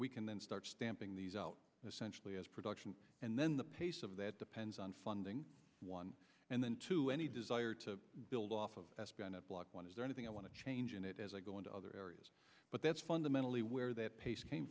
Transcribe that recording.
we can then start stamping these out essentially as production and then the pace of that depends on funding one and then to any desire to build off of one is there anything i want to change in it as i go into other areas but that's fundamentally where that